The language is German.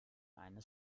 eines